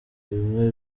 bimwe